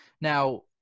Now –